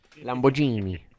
Lamborghini